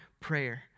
prayer